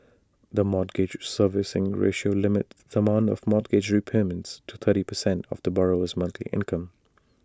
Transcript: the mortgage servicing ratio limits the amount for mortgage repayments to thirty percent of the borrower's monthly income